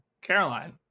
Caroline